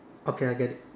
okay I get it